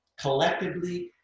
collectively